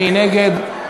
מי נגד?